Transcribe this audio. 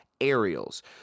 Aerials